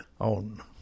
on